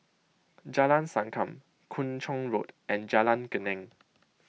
Jalan Sankam Kung Chong Road and Jalan Geneng